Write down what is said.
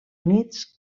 units